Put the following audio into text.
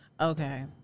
okay